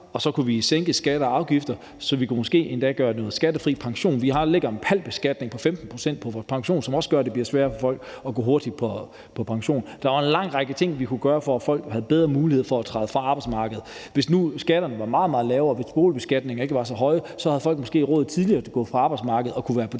og så kunne vi også sænke skatter og afgifter, så vi måske endda kunne gøre noget af pensionen skattefri. For vi lægger en PAL-beskatning på 15 pct. på vores pensioner, som også gør, at det bliver sværere for folk at gå hurtigt på pension. Så der var en lang række ting, vi kunne gøre, for at folk havde en bedre mulighed for at fratræde fra arbejdsmarkedet, og hvis nu skatterne var meget, meget lavere, og hvis boligbeskatningerne ikke var så høje, så havde folk måske tidligere råd til at gå fra arbejdsmarkedet og kunne være på